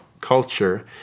culture